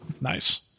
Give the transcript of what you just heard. nice